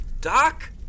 Doc